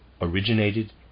originated